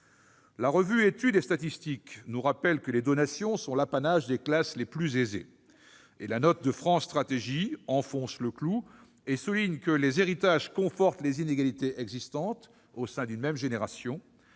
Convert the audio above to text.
à 100 000 euros. La revue nous rappelle que « les donations sont l'apanage des classes les plus aisées », et la note de France Stratégie enfonce le clou, ses auteurs soulignant :« Les héritages confortent les inégalités existantes au sein d'une même génération.